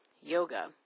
yoga